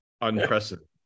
unprecedented